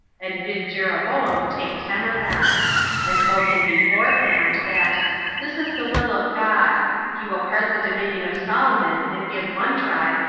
and bid jeroboam take ten of them and told him beforehand, that this is the will of god he will part the dominion of solomon, and give one tribe,